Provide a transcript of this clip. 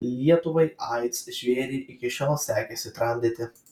lietuvai aids žvėrį iki šiol sekėsi tramdyti